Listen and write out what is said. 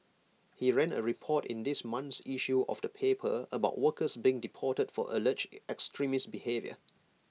he ran A report in this month's issue of the paper about workers being deported for alleged extremist behaviour